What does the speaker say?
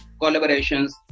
collaborations